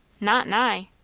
not nigh.